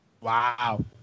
Wow